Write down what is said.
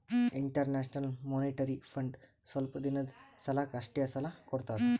international monetary fund ಸ್ವಲ್ಪ್ ದಿನದ್ ಸಲಾಕ್ ಅಷ್ಟೇ ಸಾಲಾ ಕೊಡ್ತದ್